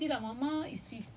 you get what I mean it's like